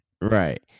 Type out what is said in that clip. right